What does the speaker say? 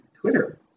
Twitter